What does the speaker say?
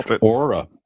aura